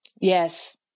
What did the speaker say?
Yes